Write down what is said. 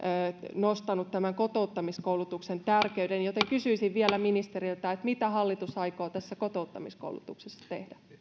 nostanut tämän kotouttamiskoulutuksen tärkeyden kysyisin vielä ministeriltä mitä hallitus aikoo kotouttamiskoulutuksessa tehdä